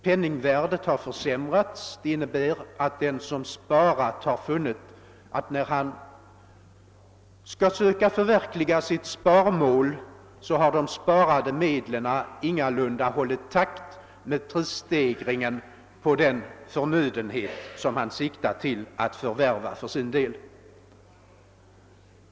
Penningvärdet har försämrats, och den som har sparat har funnit, när han skall förverkliga sitt sparmål, att de sparade medlens ökning ingalunda har hållit takt med prisstegringen på den förnödenhet som han siktar till att förvärva.